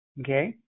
Okay